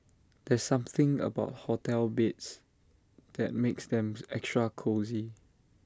there's something about hotel beds that makes them extra cosy